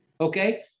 Okay